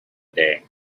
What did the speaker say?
day